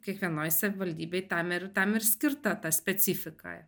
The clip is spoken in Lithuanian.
kiekvienoj savivaldybėj tam ir tam ir skirta ta specifika